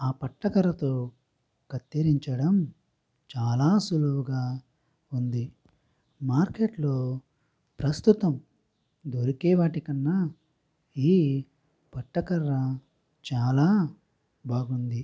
ఆ పట్టకర్రతో కత్తిరించడం చాలా సులువుగా ఉంది మార్కెట్లో ప్రస్తుతం దొరికే వాటికన్నా ఈ పట్టకర్ర చాలా బాగుంది